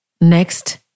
next